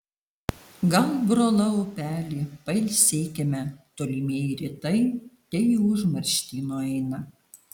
gal brolau upeli pailsėkime tolimieji rytai te į užmarštį nueina